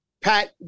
Pat